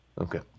Okay